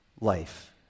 life